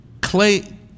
clay